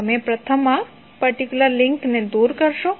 તમે પ્રથમ આ પર્ટિક્યુલર લિંકને દૂર કરશો